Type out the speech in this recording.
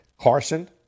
Carson